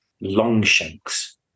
Longshanks